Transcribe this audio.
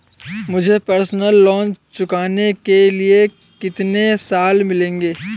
मुझे personal loan चुकाने के लिए कितने साल मिलेंगे?